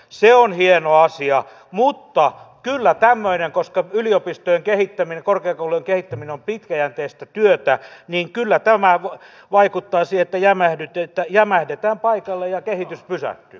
se on hieno asia mutta koska yliopistojen kehittäminen korkeakoulujen kehittäminen on pitkäjänteistä työtä niin kyllä tämä vaikuttaa siihen että jämähdetään paikalle ja kehitys pysähtyy